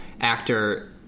actor